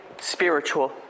spiritual